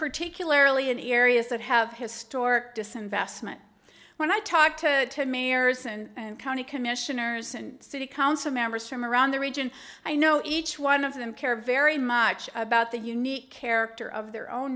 particularly in areas that have historic disinvestment when i talk to mayors and county commissioners and city council members from around the region i know each one of them care very much about the unique character of their own